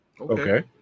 Okay